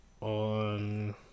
on